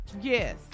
Yes